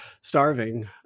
starving